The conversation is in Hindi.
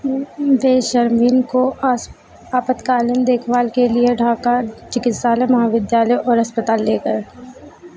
उन उनके सरमिन को आ आपतकालीन देखभाल के लिए ढाका चिकित्सालय महाविद्यालय और अस्पताल ले गए